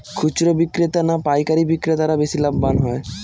খুচরো বিক্রেতা না পাইকারী বিক্রেতারা বেশি লাভবান হয়?